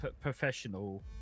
professional